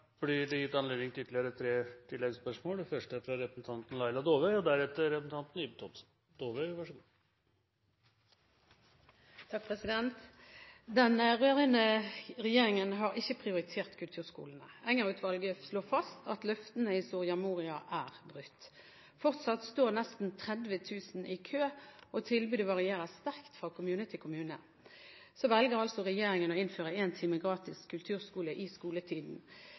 Det blir gitt anledning til tre oppfølgingsspørsmål – først Laila Dåvøy. Den rød-grønne regjeringen har ikke prioritert kulturskolen. Enger-utvalget slår fast at løftene i Soria Moria er brutt. Fortsatt står nesten 30 000 i kø, og tilbudet varierer sterkt fra kommune til kommune. Så velger altså regjeringen å innføre én time gratis kulturskole i skoletiden.